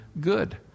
good